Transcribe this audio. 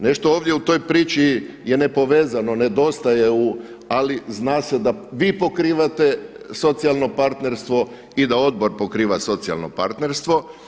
Nešto ovdje u toj priči je nepovezano, nedostaje ali zna se da vi pokrivate socijalno partnerstvo i da odbor pokriva socijalno partnerstvo.